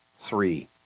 three